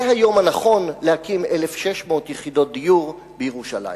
זה היום הנכון להקים 1,600 יחידות דיור בירושלים.